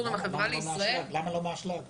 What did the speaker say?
למה לא מהאשלג?